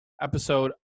episode